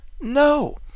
No